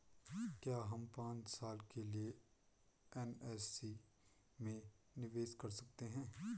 क्या हम पांच साल के लिए एन.एस.सी में निवेश कर सकते हैं?